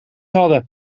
hadden